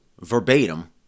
verbatim